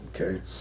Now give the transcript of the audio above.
okay